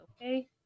okay